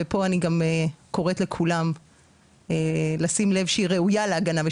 פה אני גם קוראת לכולם לשים לב שהיא ראויה להגנה,